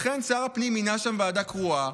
לכן שר הפנים מינה שם ועדה קרואה,